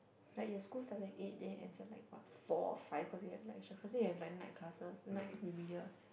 like your school started at eight then ends and like what four or five cause you have like extra class then you have like night classes night remedial